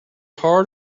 hard